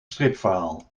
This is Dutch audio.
stripverhaal